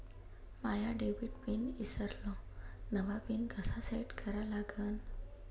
माया debit pin ईसरलो, नवा pin कसा सेट करा लागन?